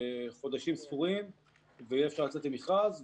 חודשים ספורים ואפשר יהיה לצאת למכרז.